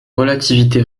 relativité